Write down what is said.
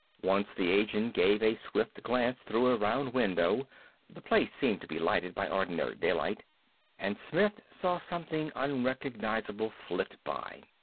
once the agent gave a swift glance through a round window the place seemed to be lighted by ordinary daylight and smith saw something unrecognizable flit by.